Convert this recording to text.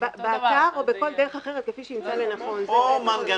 "באתר או בכל דרך אחרת כפי שימצא לנכון." בהכנה